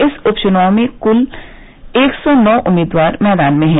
इस उपचुनाव में कुल एक सौ नौ उम्मीदवार मैदान में हैं